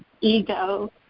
ego